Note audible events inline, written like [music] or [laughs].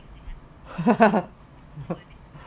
[laughs]